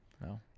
No